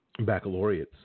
baccalaureates